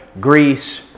Greece